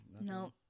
No